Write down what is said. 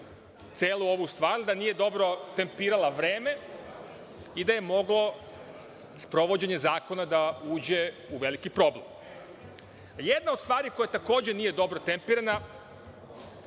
celu ovu stvar, da nije dobro tempirala vreme i da je moglo sprovođenje zakona da uđe u veliki problem. Jedna od stvari koja takođe nije dobro tempirana